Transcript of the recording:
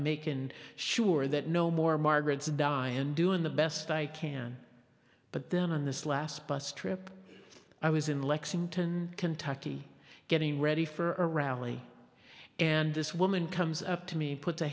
and sure that no more margarets die and doing the best i can but then on this last bus trip i was in lexington kentucky getting ready for a rally and this woman comes up to me put